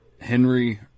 Henry